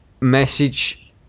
message